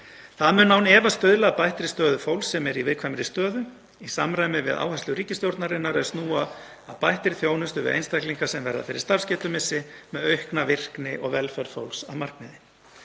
Það mun án efa stuðla að bættri stöðu fólks sem er í viðkvæmri stöðu, í samræmi við áherslur ríkisstjórnarinnar er snúa að bættri þjónustu við einstaklinga sem verða fyrir starfsgetumissi með aukna virkni og velferð fólks að markmiði.